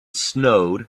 snowed